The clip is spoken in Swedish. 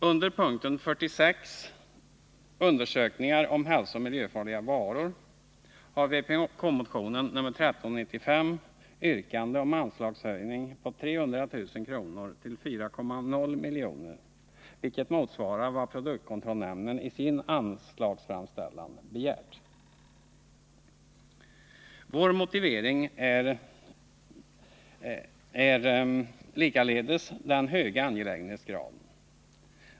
Under punkten 46, Undersökningar av hälsooch miljöfarliga varor, har vpk-motionen 1395 ett yrkande om en anslagshöjning på 300 000 kr. till 4 milj.kr., vilket motsvarar vad produktkontrollnämnden i sin anslagsframställan begärt. Vår motivering här är likaledes den höga angelägenhetsgraden.